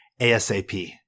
ASAP